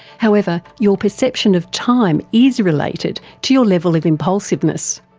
however, your perception of time is related to your level of impulsiveness.